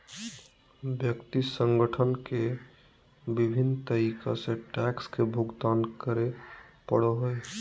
व्यक्ति संगठन के विभिन्न तरीका से टैक्स के भुगतान करे पड़ो हइ